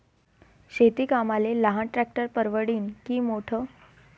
शेती कामाले लहान ट्रॅक्टर परवडीनं की मोठं?